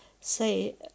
say